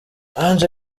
ange